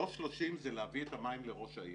3.30 זה להביא את המים לראש העיר,